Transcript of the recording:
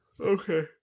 Okay